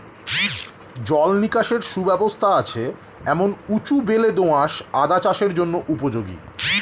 জল নিকাশের সুব্যবস্থা আছে এমন উঁচু বেলে দোআঁশ আদা চাষের জন্য উপযোগী